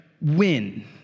win